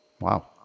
Wow